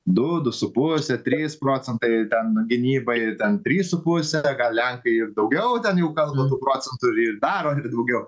du du su puse trys procentai ten gynybai ir trys su puse gal lenkai ir daugiau ten jau kalba daugiau tų procentų ir ir daro ir daugiau